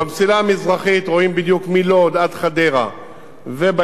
במסילה המזרחית רואים בדיוק מלוד עד חדרה ובהמשך,